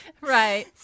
right